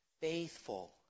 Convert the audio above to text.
faithful